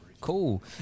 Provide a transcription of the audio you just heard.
Cool